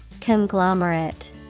Conglomerate